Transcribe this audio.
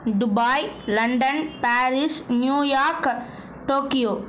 Dubai London Paris New York Tokyo